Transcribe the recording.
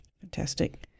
Fantastic